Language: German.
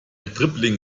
dribbling